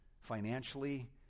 financially